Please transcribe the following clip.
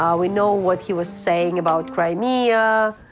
um we know what he was saying about crimea.